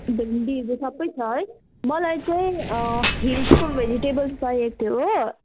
भेन्डीहरू सबै छ है मलाई चाहिँ हिल्सको भेजिटेबल्स चाहिएको थियो हो